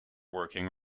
working